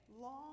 long